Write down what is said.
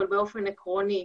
אבל באופן עקרוני,